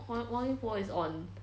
王王一博 is on